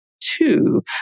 two